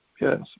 Yes